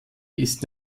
ist